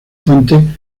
fuentes